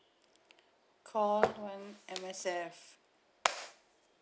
call one M_S_F